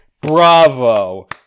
Bravo